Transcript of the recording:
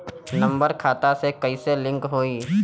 Number खाता से कईसे लिंक होई?